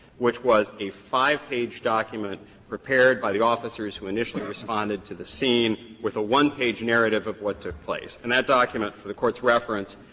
which was a five-page document prepared by the officers who initially responded to the scene, with a one-page narrative of what took place. and that document, for the court's reference,